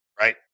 right